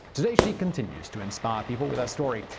today, she continues to inspire people with her story.